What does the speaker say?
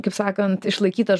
kaip sakant išlaikytas